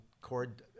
cord